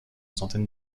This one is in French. centaine